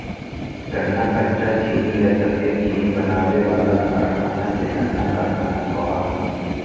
गन्ना कच्चा चीनी या सफेद चीनी बनावे वाला कारखाना के गन्ना कारखाना कहो हइ